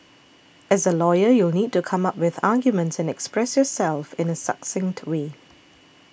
as a lawyer you'll need to come up with arguments and express yourself in a succinct way